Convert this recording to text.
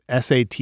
SAT